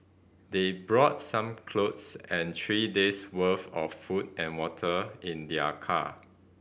they brought some clothes and three days' worth of food and water in their car